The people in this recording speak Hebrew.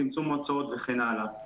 צמצום הוצאות וכן הלאה.